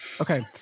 Okay